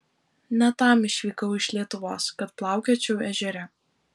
ne tam išvykau iš lietuvos kad plaukiočiau ežere